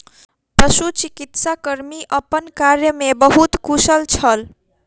पशुचिकित्सा कर्मी अपन कार्य में बहुत कुशल छल